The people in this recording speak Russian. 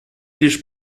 лишь